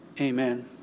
Amen